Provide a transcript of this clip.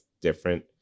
different